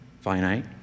finite